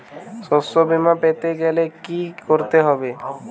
শষ্যবীমা পেতে গেলে কি করতে হবে?